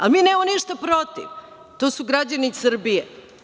Ali, mi nemamo ništa protiv, to su građani Srbije.